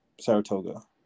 Saratoga